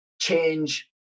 change